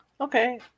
Okay